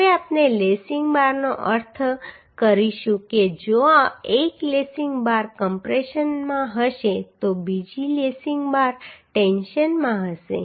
હવે આપણે લેસિંગ બારનો અર્થ કરીશું કે જો એક લેસિંગ બાર કમ્પ્રેશનમાં હશે તો બીજી લેસિંગ બાર ટેન્શનમાં હશે